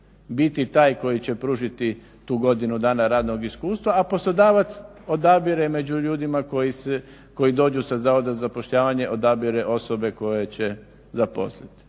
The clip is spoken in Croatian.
biti taj koji će pružiti tu godinu dana radnog iskustva, a poslodavac odabire među ljudima koji dođu sa zavoda za zapošljavanje odabire osobe koje će zaposliti.